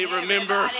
remember